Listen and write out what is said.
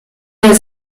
der